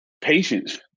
Patience